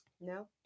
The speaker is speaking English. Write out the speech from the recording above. No